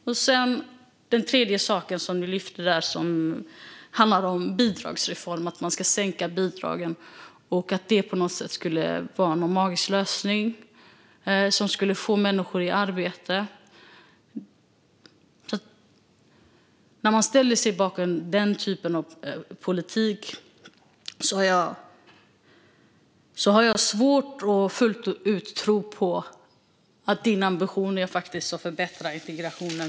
Och den tredje saken, som du lyfte, handlar om en bidragsreform. Man ska sänka bidragen, och det skulle på något sätt vara en magisk lösning för att få människor i arbete. När man ställer sig bakom den typen av politik har jag svårt att fullt ut tro på att din ambition faktiskt är att förbättra integrationen.